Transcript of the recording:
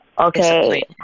okay